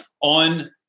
On